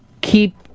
keep